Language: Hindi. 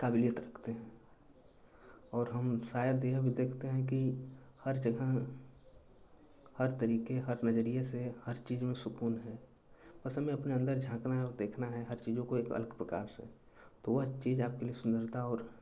काबिलियत रखते हैं और हम शायद ही हम देखते हैं कि हर जगह हर तरीके हर नज़रिये से हर चीज़ में सुक़ून है बस हमें अपने अन्दर झाँकना है और देखना है हर चीज़ को एक अलग प्रकार से तो वह चीज़ आपके लिए सुन्दरता और